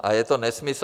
A je to nesmysl.